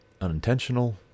unintentional